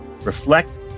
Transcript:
reflect